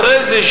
אחרי זה,